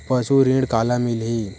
पशु ऋण काला मिलही?